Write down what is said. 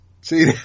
See